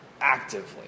actively